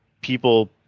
people